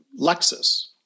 Lexus